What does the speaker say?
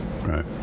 Right